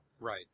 right